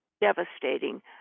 devastating